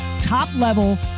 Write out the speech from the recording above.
top-level